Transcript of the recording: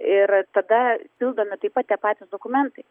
ir tada pildomi taip pat tie patys dokumentai